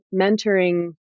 mentoring